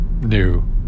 new